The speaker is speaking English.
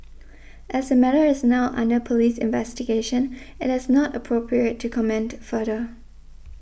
as the matter is now under police investigation it is not appropriate to comment further